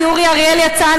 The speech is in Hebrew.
כי אורי אריאל יצא,